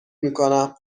میکنم